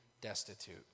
destitute